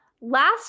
last